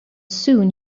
soon